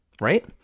right